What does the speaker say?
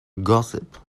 gossip